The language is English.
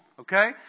okay